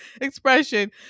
expression